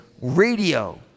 radio